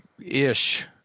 ish